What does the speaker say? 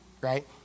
right